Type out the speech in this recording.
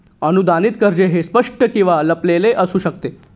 अनुदानित कर्ज हे स्पष्ट किंवा लपलेले असू शकते